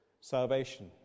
Salvation